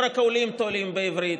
לא רק עולים טועים בעברית.